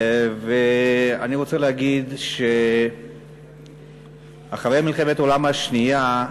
אני רוצה להגיד שאחרי מלחמת העולם השנייה,